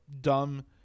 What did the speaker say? dumb